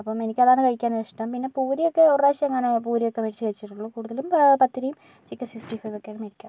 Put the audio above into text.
അപ്പോൾ എനിക്ക് അതാണ് കഴിക്കാനും ഇഷ്ടം പിന്നെ പൂരിയൊക്കെ ഒരു പ്രാവശ്യം എങ്ങാനും പൂരിയൊക്കെ മേടിച്ചു കഴിച്ചിട്ടുള്ളൂ കൂടുതലും പത്തിരിയും ചിക്കൻ സിക്സ്റ്റി ഫൈവൊക്കെയാണ് മേടിക്കാറ്